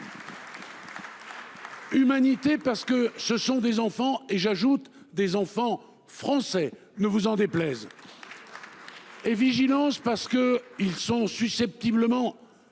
Humanité parce que ce sont des enfants et j'ajoute des enfants français ne vous en déplaise. Et vigilance parce que ils sont susceptibles ment